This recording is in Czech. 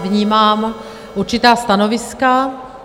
Vnímám určitá stanoviska.